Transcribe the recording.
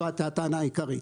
זו הייתה הטענה העיקרית.